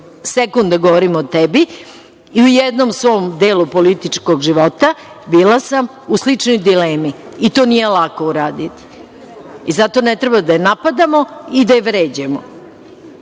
sekund da govorim o tebi, ali, u jednom svom delu političkog života bila sam u sličnoj dilemi. I to nije lako uraditi. I zato ne treba da je napadamo i da je vređamo.